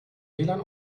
wlan